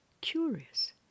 curious